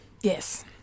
Yes